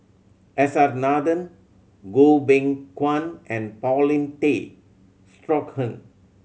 S R Nathan Goh Beng Kwan and Paulin Tay Straughan